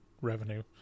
revenue